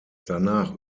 danach